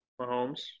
Mahomes